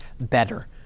better